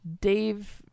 Dave